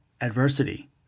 adversity